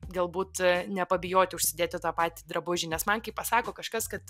galbūt nepabijoti užsidėti tą patį drabužį nes man kai pasako kažkas kad